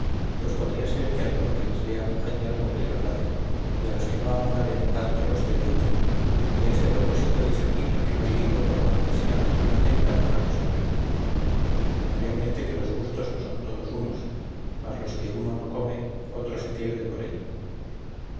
pues podría ser que alguno que las lea halle algo que le agrade y a los que no ahondaren tanto los deleite y a este propósito dice plinio que no hay libro por malo que sea que no tenga alguna cosa buena mayormente que los gustos no son todos unos mas lo que uno no come otro se pierde por ello